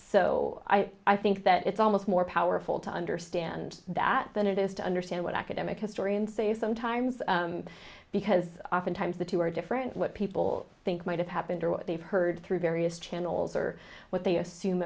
so i i think that it's almost more powerful to understand that than it is to understand what academic historians say sometimes because oftentimes the two are different what people think might have happened or what they've heard through various channels or what they assume